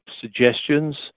suggestions